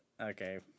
okay